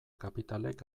kapitalek